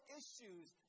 issues